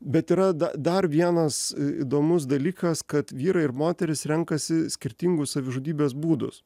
bet yra dar vienas įdomus dalykas kad vyrai ir moterys renkasi skirtingus savižudybės būdus